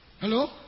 Hello